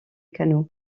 canot